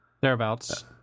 Thereabouts